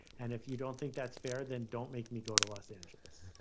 and if you don't think that's fair, then don't make me go to los angeles.